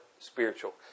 spiritual